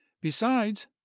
Besides—